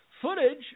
footage